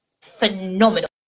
phenomenal